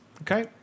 Okay